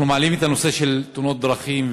אנחנו מעלים את הנושא של תאונות דרכים,